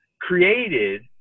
created